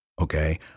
Okay